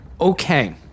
Okay